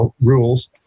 rules